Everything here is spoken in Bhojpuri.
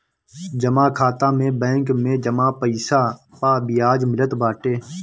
जमा खाता में बैंक में जमा पईसा पअ बियाज मिलत बाटे